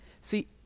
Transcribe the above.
See